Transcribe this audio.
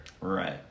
Right